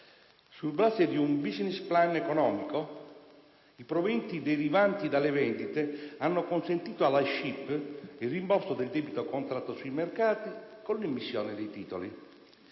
Sulla base di un *business plan* economico, i proventi derivanti dalle vendite hanno consentito alla SCIP il rimborso del debito contratto sui mercati con l'emissione dei titoli.